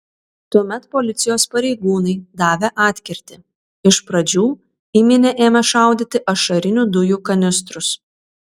tuomet policijos pareigūnai davė atkirtį iš pradžių į minią ėmė šaudyti ašarinių dujų kanistrus